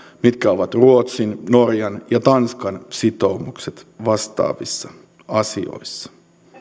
mitkä ovat ruotsin norjan ja tanskan sitoumukset vastaavissa asioissa